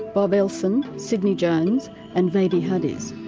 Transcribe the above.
bob elson, sidney jones and vedi hadiz.